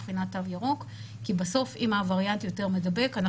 אם הווריאנט יותר מדבק,